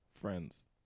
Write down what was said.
Friends